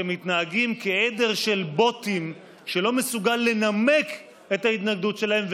שמתנהגים כעדר של בוטים שלא מסוגל לנמק את ההתנגדות שלהם,